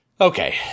Okay